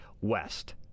west